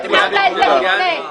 אתה גם לא ציינת את זה לפני.